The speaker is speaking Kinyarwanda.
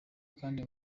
kandi